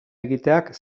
egiteak